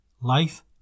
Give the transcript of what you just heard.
Life